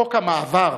חוק המעבר,